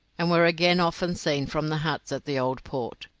and were again often seen from the huts at the old port.